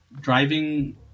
driving